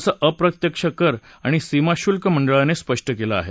असं अप्रत्यक्ष कर आणि सीमाशुल्क मंडळानं स्पष्ट केलं आहे